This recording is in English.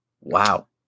Wow